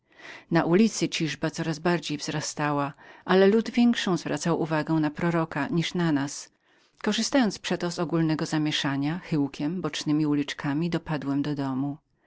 na ulicy ciżba coraz się zwiększała ale lud większą zwracał uwagę na proroka niż na nas korzystając przeto z ogólnego zamieszania chyłkiem bocznemi uliczkami dopadłem do domu